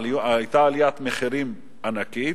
שהיתה עליית מחירים ענקית,